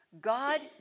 God